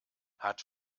hat